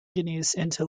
into